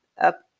up